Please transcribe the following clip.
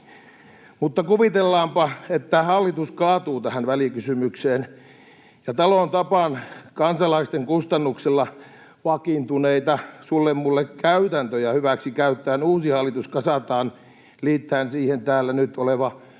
Mutta kuvitellaanpa, että hallitus kaatuu tähän välikysymykseen ja talon tapaan kansalaisten kustannuksella vakiintuneita sulle—mulle-käytäntöjä hyväksi käyttäen uusi hallitus kasataan liittäen siihen täällä nyt oleva